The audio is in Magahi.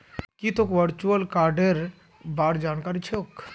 की तोक वर्चुअल कार्डेर बार जानकारी छोक